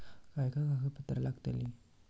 काय काय कागदपत्रा लागतील?